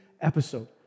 episode